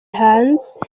hanze